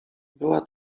była